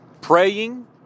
Praying